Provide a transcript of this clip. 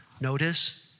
Notice